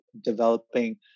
developing